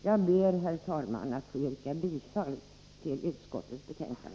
Jag ber, herr talman, att få yrka bifall till utskottets hemställan.